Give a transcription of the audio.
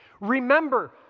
Remember